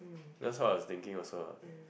that's what I thinking also lah